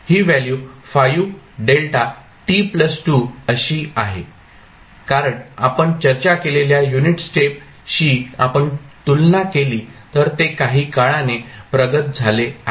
ही value अशी आहे कारण आपण चर्चा केलेल्या युनिट स्टेप शी आपण तुलना केली तर ते काही काळाने प्रगत झाले आहे